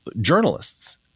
journalists